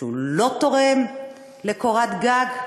שהוא לא תורם לקורת גג,